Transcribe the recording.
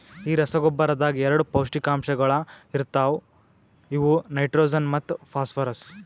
ಈ ರಸಗೊಬ್ಬರದಾಗ್ ಎರಡ ಪೌಷ್ಟಿಕಾಂಶಗೊಳ ಇರ್ತಾವ ಅವು ನೈಟ್ರೋಜನ್ ಮತ್ತ ಫಾಸ್ಫರ್ರಸ್